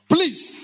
Please